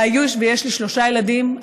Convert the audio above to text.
יש לי שלושה ילדים,